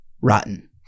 rotten